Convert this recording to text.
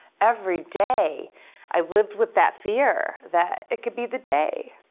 every day i lived with that fear that it could be the day,